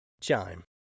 Chime